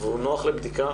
והוא נוח לבדיקה,